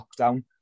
lockdown